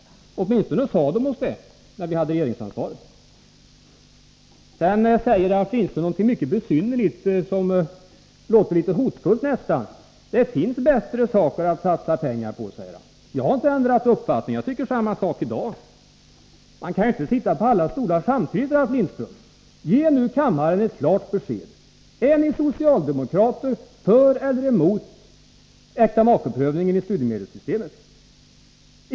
Åtminstone sade de oss det, när vi hade regeringsansvaret. Ralf Lindström sade någonting mycket besynnerligt; det lät nästan litet hotfullt. Det finns bättre saker att satsa pengar på, sade han. Jag har inte ändrat uppfattning — jag tycker samma sak i dag. Man kan ju inte sitta på alla stolar samtidigt, Ralf Lindström. Ge nu kammaren ett klart besked: Är ni socialdemokrater för eller emot äktamakeprövningen i studiemedelssystemet?